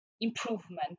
improvement